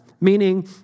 Meaning